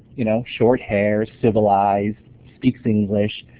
you know, short hair, civilized, speaks english.